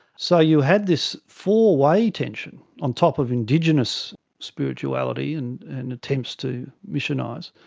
so you had this four-way tension, on top of indigenous spirituality and and attempts to missionize.